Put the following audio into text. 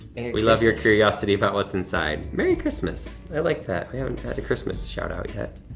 we love your curiosity about what's inside. merry christmas, i like that. we haven't had a christmas shout-out yet.